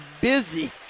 busy